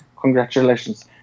congratulations